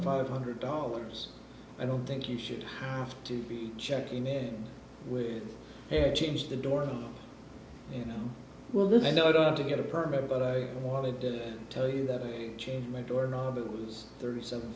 five hundred dollars i don't think you should have to be checking in with her change the door you know well that i know i don't have to get a permit but i want to tell you that i changed my door and all of it was thirty seven